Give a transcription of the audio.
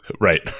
Right